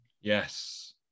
Yes